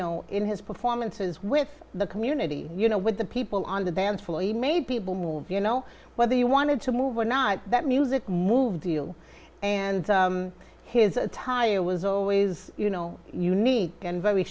know in his performances with the community you know with the people on the dance floor he made people move you know whether you wanted to move or not that music moved deal and his attire was always you know unique and very